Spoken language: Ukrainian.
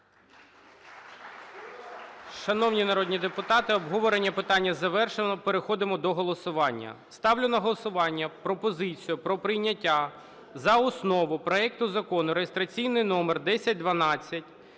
Шановні народні депутати, обговорення питання завершено. Переходимо до голосування. Ставлю на голосування пропозицію про прийняття у першому читанні за основу проект Закону (реєстраційний номер 1009)